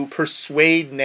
persuade